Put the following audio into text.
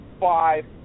five